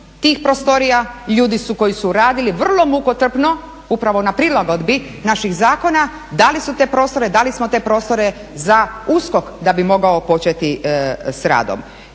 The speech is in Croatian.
tih prostorija, ljudi su koji su radili vrlo mukotrpno, upravo na prilagodbi naših zakona, dali su te prostore, dali smo te prostore za USKOK da bi mogao početi sa radom.